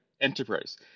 enterprise